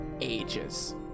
ages